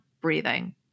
breathing